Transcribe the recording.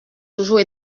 toujours